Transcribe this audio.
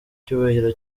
icyubahiro